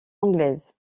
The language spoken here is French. anglaise